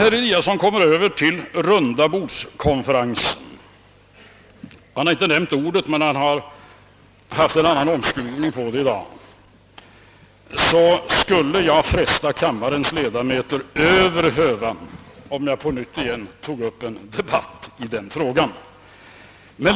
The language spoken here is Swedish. Herr Eliasson kom även in på förslaget om en rundabordskonferens — han använde i dag inte det ordet utan hade någon omskrivning. Jag skulle fresta kammarledamöternas tålamod över hövan om jag på nytt tog upp en debatt i den frågan.